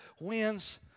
wins